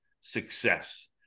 Success